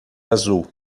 azul